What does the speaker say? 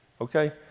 Okay